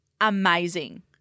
amazing